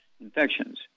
infections